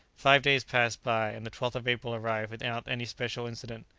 five days passed by, and the twelfth of april arrived without any special incident.